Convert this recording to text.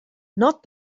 not